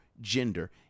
gender